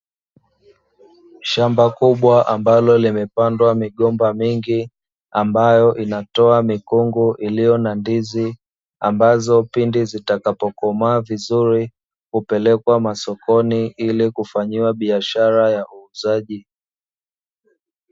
Shamba kubwa ambalo limepandwa migomba mingi, ambayo inatoa mikungu iliyo na ndizi ambazo pindi zitakazokomaa vizuri hupelekwa masokoni ili kufanyiwa biashara ya uuzaji.